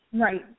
Right